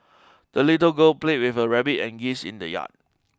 the little girl played with her rabbit and geese in the yard